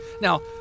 Now